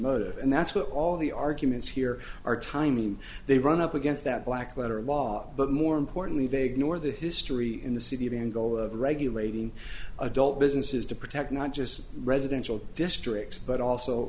motive and that's what all the arguments here are tiny they run up against that black letter law but more importantly they ignore the history in the city and goal of regulating adult business is to protect not just residential districts but also